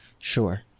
sure